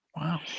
wow